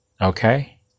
Okay